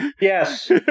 Yes